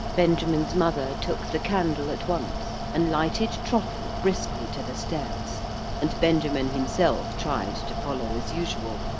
benjamin's mother took the candle at once, and lighted trottle briskly to the stairs and benjamin himself tried to follow as usual.